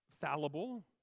fallible